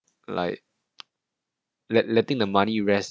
like let letting the money rest